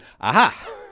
Aha